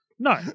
No